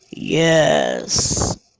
Yes